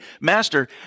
master